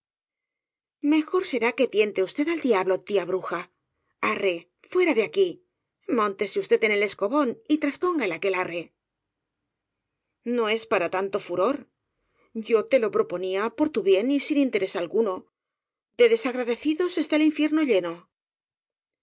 mejor será que tiente usted al diablo tía bru ja arre fuera de aquí móntese usted en el esco bón y trasponga al aquelarre no es para tanto furor yo te lo proponía por tu bien y sin interés alguno de desagradecidos está el infierno lleno